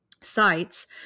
sites